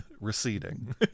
Receding